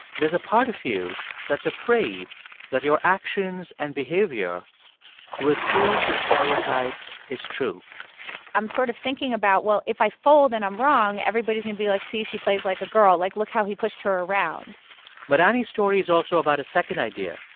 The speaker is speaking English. there's a part of you that's afraid that your actions and behavior will prove the stereotype is true i'm sort of thinking about, well, if i fold and i'm wrong, everybody's going to be like, see, she plays like a girl. like, look how he pushed her around but annie's story is also about a second idea,